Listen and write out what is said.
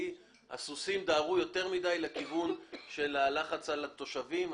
הסוסים דהרו יותר מדי לכיוון של הלחץ על התושבים.